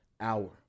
hour